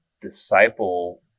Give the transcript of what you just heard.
disciple